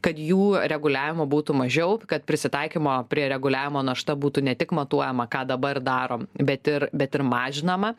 kad jų reguliavimo būtų mažiau kad prisitaikymo prie reguliavimo našta būtų ne tik matuojama ką dabar daro bet ir bet ir mažinama